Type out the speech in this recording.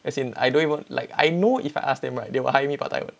as in I don't even like I know if I asked them right they will hire me part time [one]